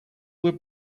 were